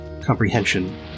comprehension